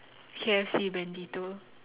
K_F_C Bandito